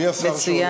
מי השר שעונה?